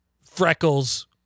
freckles